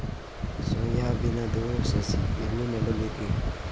Soya ಬಿನದು ಸಸಿ ಎಲ್ಲಿ ನೆಡಲಿರಿ?